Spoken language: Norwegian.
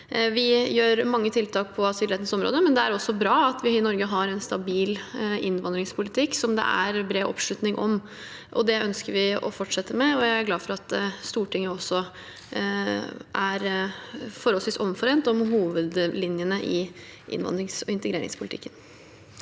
Vi gjør mange tiltak på asylområdet, men det er også bra at vi i Norge har en stabil innvandringspolitikk som det er bred oppslutning om. Det ønsker vi å fortsette med, og jeg er glad for at Stortinget også er forholdsvis omforent om hovedlinjene i innvandrings- og integreringspolitikken.